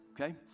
Okay